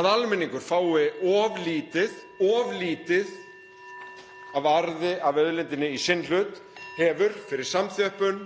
að almenningur fái of lítið af arði af auðlindinni í sinn hlut hafi fyrir samþjöppun